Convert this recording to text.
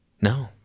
No